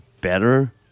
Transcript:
better